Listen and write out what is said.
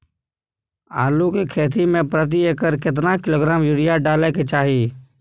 आलू के खेती में प्रति एकर केतना किलोग्राम यूरिया डालय के चाही?